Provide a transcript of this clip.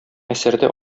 әсәрдә